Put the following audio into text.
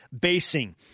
basing